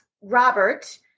Robert